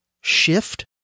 shift